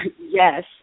Yes